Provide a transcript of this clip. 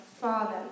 Father